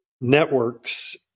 networks